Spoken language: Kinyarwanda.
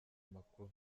amakuru